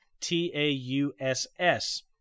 T-A-U-S-S